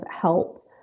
help